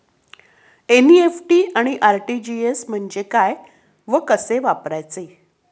NEFT आणि RTGS म्हणजे काय व कसे वापरायचे?